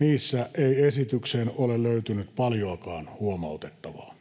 Niissä ei esitykseen ole löytynyt paljoakaan huomautettavaa.